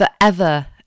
forever